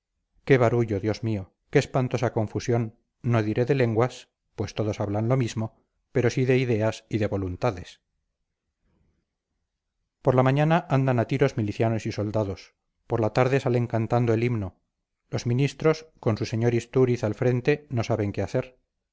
qué barullo dios mío qué espantosa confusión no diré de lenguas pues todos hablan lo mismo pero sí de ideas y de voluntades por la mañana andan a tiros milicianos y soldados por la tarde salen cantando el himno los ministros con su sr istúriz al frente no saben qué hacer